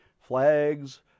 flags